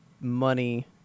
money